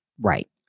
Right